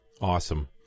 Awesome